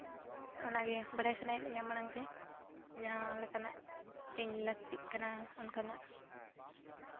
ᱚᱱᱟᱜᱮ ᱵᱟᱲᱟᱭ ᱥᱟᱱᱟᱭᱮᱫ ᱞᱤᱧᱟ ᱢᱟᱲᱟᱝ ᱨᱮ ᱡᱟᱦᱟᱸ ᱞᱮᱠᱟᱱᱟᱜ ᱛᱤᱧ ᱞᱟᱹᱠᱛᱤᱜ ᱠᱟᱱᱟ ᱚᱱᱠᱟᱱᱟᱜ